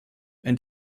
and